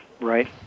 Right